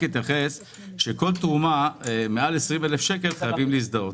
כל תרומה מעל 20,000 שקל חייבים להזדהות.